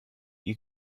you